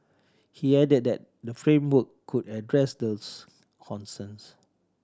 he added that the framework could address those concerns